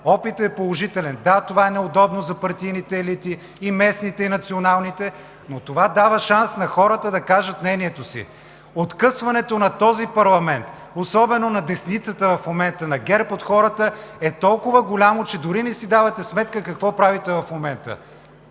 опитът е положителен. Да, това е неудобно за партийните елити – и местните, и националните, но това дава шанс на хората да кажат мнението си. Откъсването на този парламент, особено на десницата в момента, на ГЕРБ от хората е толкова голямо, че дори не си давате сметка какво правите в момента.